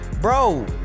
bro